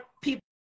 people